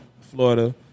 Florida